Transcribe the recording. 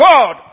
God